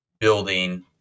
building